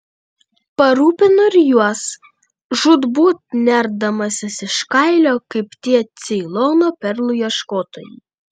parūpinu ir juos žūtbūt nerdamasis iš kailio kaip tie ceilono perlų ieškotojai